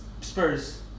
Spurs